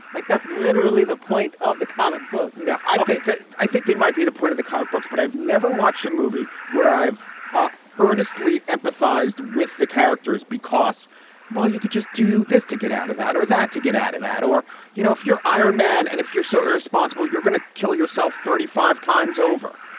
like that's literally the point of the comic book now i think that i think they might be the point of the comic books but i've never watched a movie where i've ah earnestly empathized with the characters because well you could just do this to get out of that or that to get out of that or you know if you're iron man and if you're so irresponsible you're gonna kill yourself thirty five times over.